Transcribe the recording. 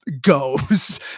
goes